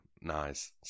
nice